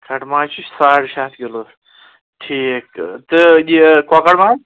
کَٹہٕ ماز چھِ ساڑ شےٚ ہَتھ کِلوٗ ٹھیٖک تہٕ یہِ کۄکَر ماز